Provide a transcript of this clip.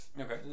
Okay